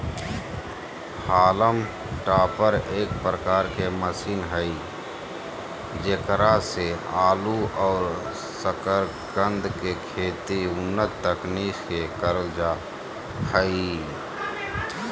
haulm topper एक प्रकार के मशीन हई जेकरा से आलू और सकरकंद के खेती उन्नत तकनीक से करल जा हई